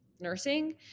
nursing